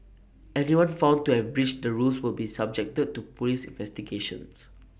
anyone found to have breached the rules will be subjected to Police investigations